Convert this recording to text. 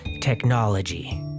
technology